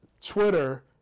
Twitter